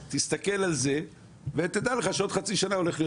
תסתכל על זה ותדע לך שבעוד חצי שנה הולך להיות